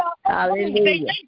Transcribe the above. Hallelujah